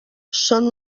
són